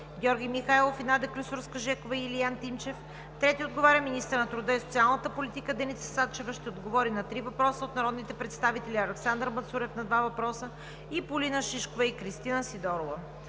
Георги Михайлов; и Надя Клисурска-Жекова и Илиян Тинчев. 3. Министърът на труда и социалната политика Деница Сачева ще отговори на три въпроса от народните представители Александър Мацурев – два въпроса; и Полина Шишкова и Кристина Сидорова.